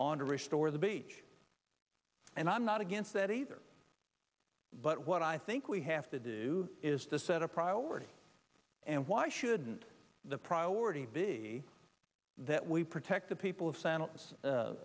on to restore the beach and i'm not against that either but what i think we have to do is to set a priority and why shouldn't the priority be that we protect the people